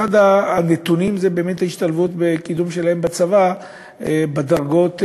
אחד הנתונים זה באמת ההשתלבות והקידום שלהם בצבא בדרגות השונות,